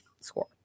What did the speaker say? score